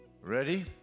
Ready